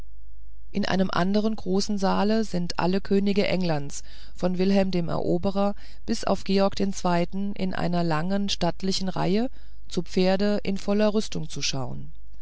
in einem anderen großen saale sind alle könige englands von wilhelm dem eroberer an bis auf georg den zweiten in einer langen stattlichen reihe zu pferde in voller rüstung zu schauen